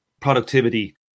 productivity